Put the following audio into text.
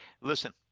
listen